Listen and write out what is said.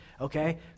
okay